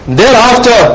thereafter